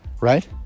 right